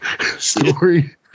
story